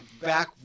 back